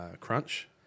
crunch